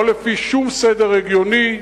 לא לפי שום סדר הגיוני,